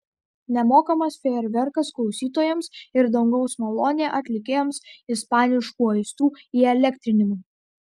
nemokamas fejerverkas klausytojams ir dangaus malonė atlikėjams ispaniškų aistrų įelektrinimui